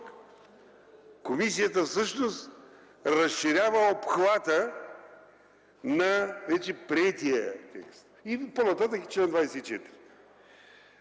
комисията всъщност разширява обхвата на вече приетия текст. И по-нататък е чл. 24.